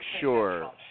sure